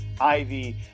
Ivy